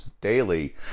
Daily